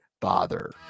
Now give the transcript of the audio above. Bother